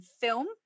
film